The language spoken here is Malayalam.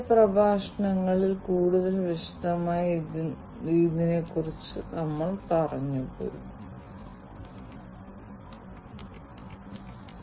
ട്രക്കുകളുടെ അവസ്ഥ കൂടുതൽ മുന്നോട്ട് കൊണ്ടുപോകാൻ പര്യാപ്തമാണോ അതോ എന്തെങ്കിലും തരത്തിലുള്ള അറ്റകുറ്റപ്പണികൾ നടത്തേണ്ടതുണ്ടോ എന്നതിന് ഇത് ഒരു ഉദാഹരണം മാത്രമാണ്